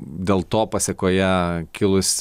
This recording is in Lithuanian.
dėl to pasekoje kilus